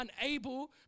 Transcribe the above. unable